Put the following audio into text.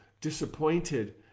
Disappointed